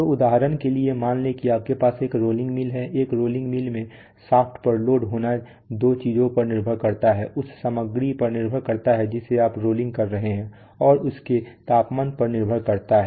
तो उदाहरण के लिए मान लें कि आपके पास एक रोलिंग मिल है एक रोलिंग मिल में शाफ्ट पर लोड होना दो चीजों पर निर्भर करता है उस सामग्री पर निर्भर करता है जिसे आप रोलिंग कर रहे हैं और उसके तापमान पर निर्भर करता है